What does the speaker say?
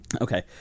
Okay